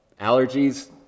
allergies